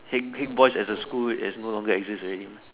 Haig Boys' as a school is no longer exist already uh